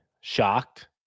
shocked